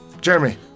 Jeremy